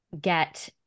get